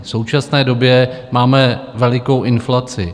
V současné době máme velikou inflaci.